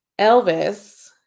Elvis